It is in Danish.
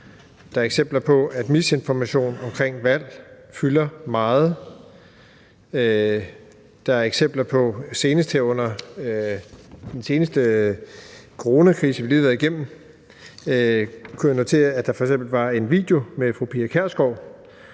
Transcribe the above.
Der er eksempler på, at misinformation omkring valg fylder meget. Senest her under coronakrisen, vi lige har været igennem, kunne jeg notere, at der f.eks. var en video med fru Pia Kjærsgaard